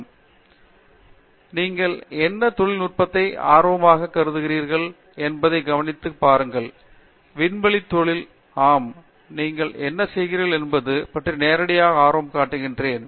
பேராசிரியர் பிரதாப் ஹரிதாஸ் சரி நீங்கள் என்ன தொழில் நுட்பத்தை ஆர்வமாகக் கருதுகிறீர்கள் என்பதைக் கவனித்து பாருங்கள் விண்வெளி தொழில் ஆம் நீங்கள் என்ன செய்கிறீர்கள் என்பது பற்றி நேரடியாக ஆர்வம் காட்டுகிறேன்